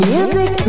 Music